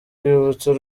rwibutso